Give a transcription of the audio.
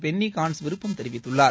Penney Gantz விருப்பம் தெரிவித்துள்ளார்